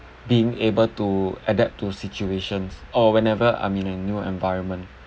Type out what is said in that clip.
being able to adapt to situations or whenever I'm in a new environment